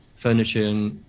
furniture